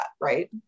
right